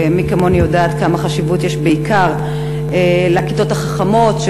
ומי כמוני יודעת כמה חשיבות יש בעיקר לכיתות החכמות,